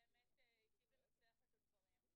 אלי אלאלוף (יו"ר ועדת העבודה,